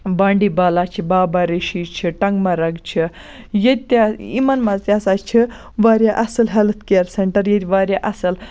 بانڈی بالا چھِ بابا ریشی چھُ ٹَنٛگ مرگ چھَ ییٚتہِ یِمَن مَنٛز تہِ ہَسا چھِ واریاہ اصٕل ہیٚلتھ کِیر سیٚنٛٹَر ییٚتہِ واریاہ اصٕل